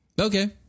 Okay